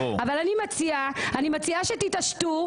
אבל אני מציעה שתתעשתו,